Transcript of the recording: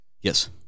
Yes